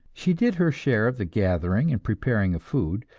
she did her share of the gathering and preparing of food,